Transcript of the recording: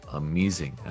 amazing